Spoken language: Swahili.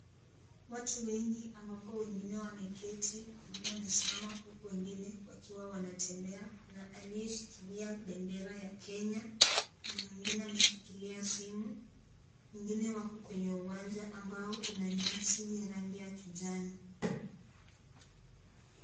Watu wengi ambapo wengine wameketi, wengine wamesimama huku wengine wakiwa wanatembea. Kuna aliyeshikilia bendera ya Kenya, kuna mwingine ameshikilia simu, wengine wako kwenye uwanja ambao una nyasi ya rangi ya kijani.